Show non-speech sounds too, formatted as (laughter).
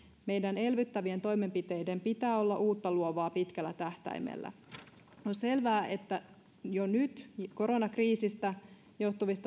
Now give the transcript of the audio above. meidän elvyttävien toimenpiteidemme pitää olla uutta luovaa pitkällä tähtäimellä on selvää että koronakriisistä johtuvien (unintelligible)